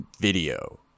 video